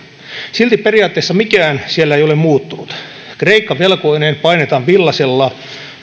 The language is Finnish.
silti periaatteessa mikään siellä ei ole muuttunut kreikka velkoineen painetaan villasella